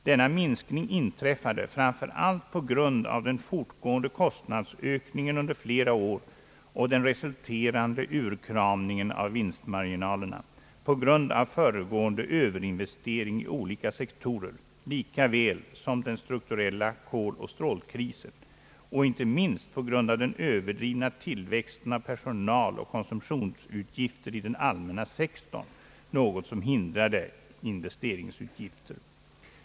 Denna minskning inträffade framför allt på grund av den fortgående kostnadsökningen under flera år och den resulterande urkramningen av vinstmarginalerna på grund av föregående Överinvestering i olika sektorer lika väl som den strukturella koloch stålkrisen, och inte minst på grund av den överdrivna tillväxten av personaloch konsumtionsutgifter i den allmänna sektorn, något som hindrade investeringsutgifter.